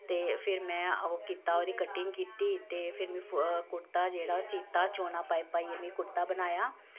ते फिर में ओह् कीता ओह्दी कटिंग कीती ते फिर में कुर्ता जेह्ड़ा सीत्ता चोनां पाई पाइयै में कुर्ता बनाया